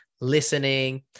listening